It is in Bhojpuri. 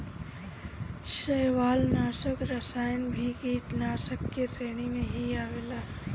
शैवालनाशक रसायन भी कीटनाशाक के श्रेणी में ही आवेला